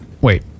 Wait